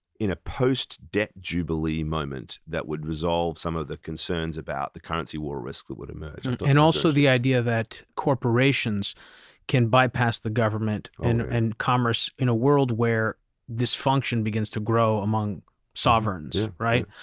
in a post-debt jubilee moment, that would resolve some of the concerns about the currency war risks that would emerge. and also the idea that corporations can bypass the government and and commerce in a world where dysfunction begins to grow among sovereigns, right?